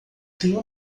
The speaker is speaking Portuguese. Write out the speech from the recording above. tenho